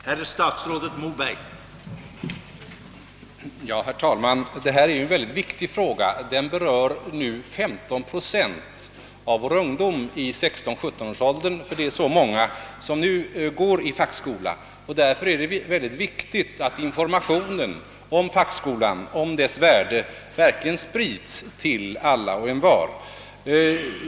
Herr talman! Detta är en mycket betydelsefull fråga. Den berör 15 procent av vår ungdom i 16-—17-årsåldern — så många går nämligen nu i fackskolan. Därför är det viktigt att informationen om fackskolan och dess värde sprids till alla och envar.